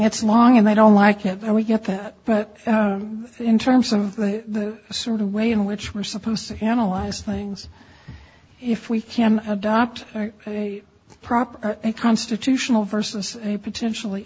it's long and i don't like it and we get that but in terms of the sort of way in which we're supposed to analyze things if we can adopt proper constitutional versus a potentially